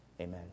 Amen